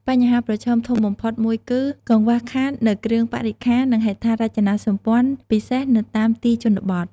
បញ្ហាប្រឈមធំបំផុតមួយគឺ កង្វះខាតនៅគ្រឿងបរិក្ខារ និងហេដ្ឋារចនាសម្ព័ន្ធ ពិសេសនៅតាមទីជនបទ។